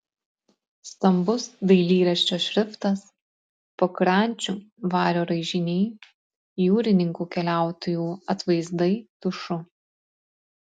stambus dailyraščio šriftas pakrančių vario raižiniai jūrininkų keliautojų atvaizdai tušu